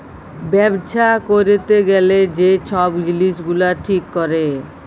ব্যবছা ক্যইরতে গ্যালে যে ছব জিলিস গুলা ঠিক ক্যরে